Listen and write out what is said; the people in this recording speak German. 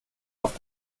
auf